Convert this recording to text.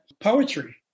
poetry